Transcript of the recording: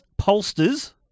pollsters